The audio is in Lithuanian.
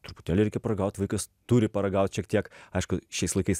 truputėlį reikia paragaut vaikas turi paragaut šiek tiek aišku šiais laikais